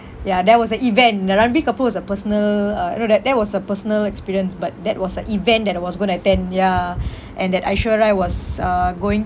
ya that was a event uh ranbir kapoor is a personal uh you know that that was a personal experience but that was a event that I was going to attend ya and that aishwarya rai was uh going